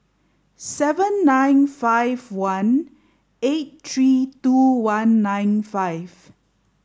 seven nine five one eight three two one nine five